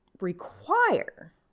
require